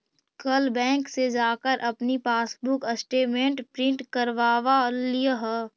कल बैंक से जाकर अपनी पासबुक स्टेटमेंट प्रिन्ट करवा लियह